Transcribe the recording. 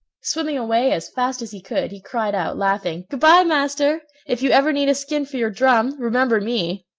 swimming away as fast as he could, he cried out, laughing good-by, master. if you ever need a skin for your drum, remember me.